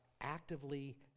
actively